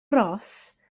ros